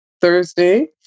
Thursday